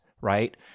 right